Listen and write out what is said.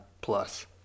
plus